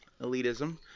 elitism